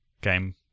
game